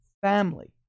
family